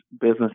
business